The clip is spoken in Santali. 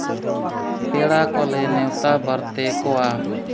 ᱯᱮᱲᱟ ᱠᱚᱞᱮ ᱱᱮᱣᱛᱟ ᱵᱟᱨᱛᱮ ᱠᱚᱣᱟ